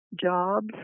jobs